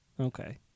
Okay